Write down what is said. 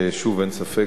שאין ספק,